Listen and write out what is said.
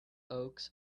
oaks